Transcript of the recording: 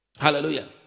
Hallelujah